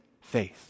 faith